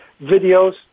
videos